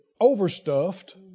overstuffed